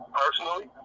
personally